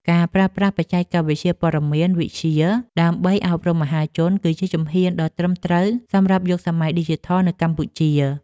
ការប្រើប្រាស់បច្ចេកវិទ្យាព័ត៌មានវិទ្យាដើម្បីអប់រំមហាជន គឺជាជំហានដ៏ត្រឹមត្រូវសម្រាប់យុគសម័យឌីជីថលនៅកម្ពុជា។